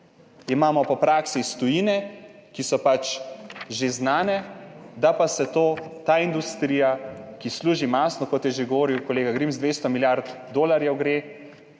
Imamo pa prakse iz tujine, ki so že znane, da pa ta industrija, ki služi mastno, kot je že govoril kolega Grims, 200 milijard dolarjev gre,